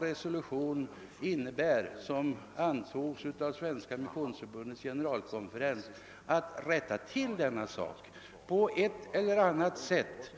resolutionsform innebär, vilken antogs på Svenska missionsförbundets generalkonferens, och rätta till denna sak på ett eller annat sätt.